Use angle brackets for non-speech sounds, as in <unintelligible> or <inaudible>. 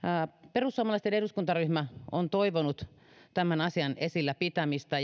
perussuomalaisten eduskuntaryhmä on toivonut tämän asian esillä pitämistä <unintelligible>